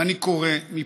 ואני קורא מפה,